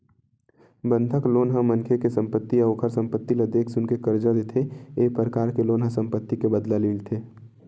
बंधक लोन ह मनखे के संपत्ति अउ ओखर संपत्ति ल देख सुनके करजा देथे ए परकार के लोन ह संपत्ति के बदला मिलथे